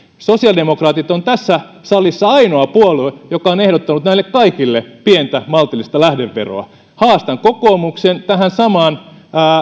sosiaalidemokraatit on tässä salissa ainoa puolue joka on ehdottanut näille kaikille pientä maltillista lähdeveroa haastan kokoomuksen samaan